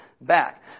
back